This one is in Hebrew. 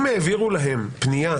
אם אנשי כלכליסט העבירו להם פנייה,